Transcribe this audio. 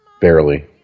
Barely